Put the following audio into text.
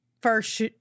first